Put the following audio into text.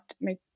make